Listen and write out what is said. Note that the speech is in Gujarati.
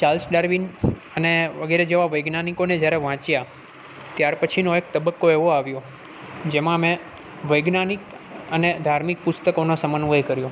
ચાર્લ્સ ડાર્વિન અને વગેરે જેવા વૈજ્ઞાનિકોને જ્યારે વાંચ્યા ત્યાર પછીનો એક તબક્કો એવો આવ્યો જેમાં મેં વૈજ્ઞાનિક અને ધાર્મિક પુસ્તકોનો સમન્વય કર્યો